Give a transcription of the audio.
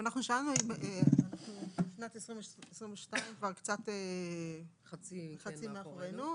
שנת 2022 כבר חציה מאחורינו,